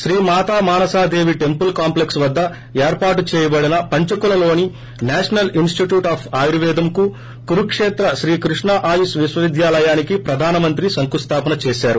శ్రీ మాతా మానస్దేవి temple complex వద్ద ఏర్పాటు చేయబడిన పంచకులలోని national institute of ఆయురేేదంకు కురుకేత్ర Shri Krishna ఆయుష్ విశ్వవిద్యాలయానికి ప్రధాన మేంత్ర శంకుస్లాపన చేశారు